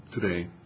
today